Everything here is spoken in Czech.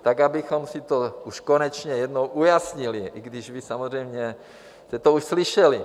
Tak abychom si to už konečně jednou ujasnili, i když vy samozřejmě jste to už slyšeli.